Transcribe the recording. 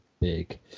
Big